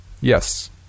Yes